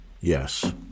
Yes